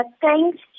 thanks